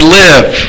live